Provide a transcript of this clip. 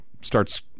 starts